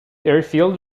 airfield